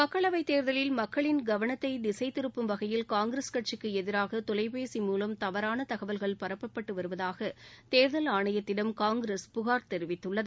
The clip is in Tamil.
மக்களவை தேர்தலில் மக்களின் கவனத்தை திசை திருப்பும் வகையில் காங்கிரஸ் கட்சிக்கு எதிராக தொலைபேசி மூலம் தவறான தகவல்கள் பரப்பப்பட்டு வருவதாக தேர்தல் ஆணையத்திடம் காங்கிரஸ் புகார் தெரிவித்துள்ளது